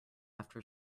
after